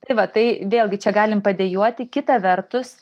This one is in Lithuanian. tai va tai vėlgi čia galim padejuoti kita vertus